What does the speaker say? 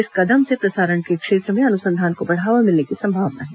इस कदम से प्रसारण के क्षेत्र में अनुसंधान को बढ़ावा मिलने की संभावना है